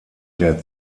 der